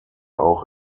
auch